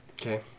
Okay